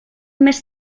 més